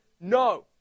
No